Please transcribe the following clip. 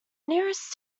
nearest